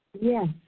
Yes